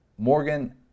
Morgan